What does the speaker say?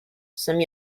some